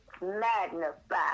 magnify